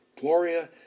Gloria